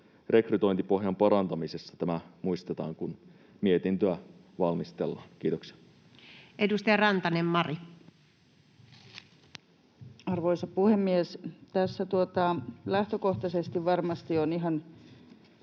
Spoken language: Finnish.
rekrytointipohjan parantamisessa tämä muistetaan, kun mietintöä valmistellaan. — Kiitoksia. Edustaja Rantanen, Mari. Arvoisa puhemies! Tässä lähtökohtaisesti varmasti on ihan